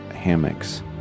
hammocks